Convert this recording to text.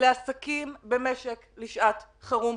לעסקים במשק לשעת חירום.